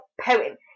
poem